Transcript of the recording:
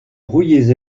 brouillés